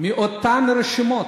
מאותן רשימות,